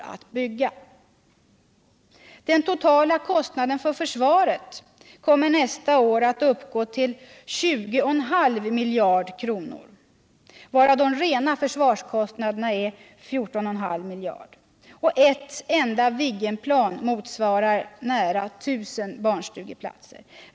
Som en jämförelse kan nämnas att den totala kostnaden för försvaret nästa år kommer att uppgå till 20,5 miljarder, varav de rena försvarskostnaderna utgör 14,5 miljarder, och ett enda Viggenplan motsvarar nära 1 000 barnstugeplatser!